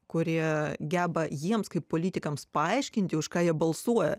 kurie geba jiems kaip politikams paaiškinti už ką jie balsuoja